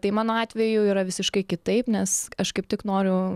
tai mano atveju yra visiškai kitaip nes aš kaip tik noriu